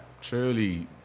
truly